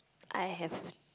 I have